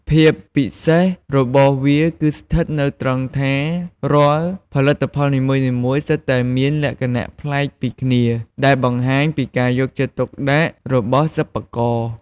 ភាពពិសេសរបស់វាគឺស្ថិតនៅត្រង់ថា រាល់ផលិតផលនីមួយៗសុទ្ធតែមានលក្ខណៈប្លែកពីគ្នា ដែលបង្ហាញពីការយកចិត្តទុកដាក់របស់សិប្បករ។